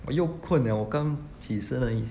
我又困了我刚起身而已